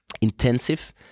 intensive